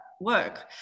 work